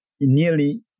nearly